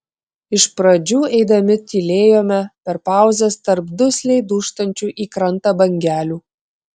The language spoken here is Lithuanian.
iš pradžių eidami tylėjome per pauzes tarp dusliai dūžtančių į krantą bangelių